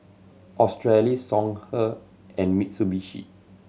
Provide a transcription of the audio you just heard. Australis Songhe and Mitsubishi